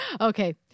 Okay